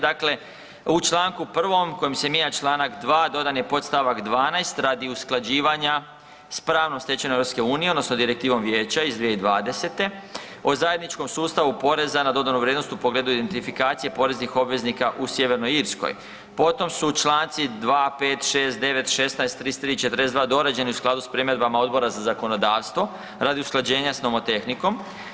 Dakle, u čl. 1. kojim se mijenja čl. 2. dodan je podstavak 12. radi usklađivanja s pravnom stečevine EU odnosno direktivom Vijeća iz 2020. o zajedničkom sustavu poreza na dodanu vrijednost u pogledu identifikacije poreznih obveznika u Sjevernoj Irskoj, potom su čl. 2., 5., 6., 9., 16., 33., 42. dorađeni u skladu s primjedbama Odbora za zakonodavstvo radi usklađenja s nomotehnikom.